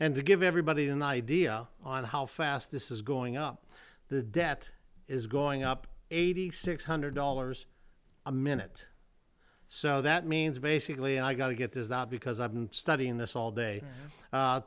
and to give everybody an idea on how fast this is going up the debt is going up eighty six hundred dollars a minute so that means basically i got to get this out because i've been studying this all day